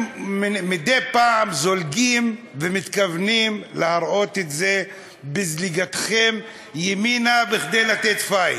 מדי פעם זולגים ומתכוונים להראות את זה בזליגתכם ימינה כדי לתת פייט,